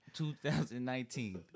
2019